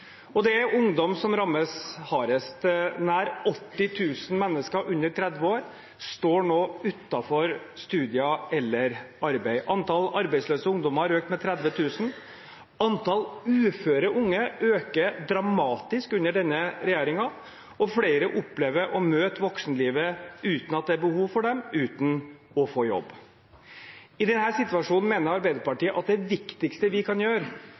Det er ungdom som rammes hardest. Nær 80 000 mennesker under 30 år står nå utenfor studier eller arbeid. Antall arbeidsløse ungdommer har økt med 30 000, antall uføre unge øker dramatisk under denne regjeringen, og flere opplever å møte voksenlivet uten at det er behov for dem, uten å få jobb. I denne situasjonen mener Arbeiderpartiet at det viktigste vi kan gjøre,